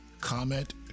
comment